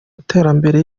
iterambere